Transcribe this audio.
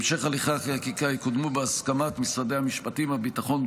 המשך הליכי החקיקה יקודמו בהסכמת משרדי המשפטים והביטחון,